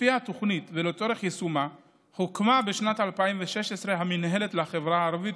לפי התוכנית ולצורך יישומה הוקמה בשנת 2016 המינהלת לחברה הערבית,